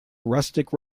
rustic